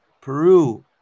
Peru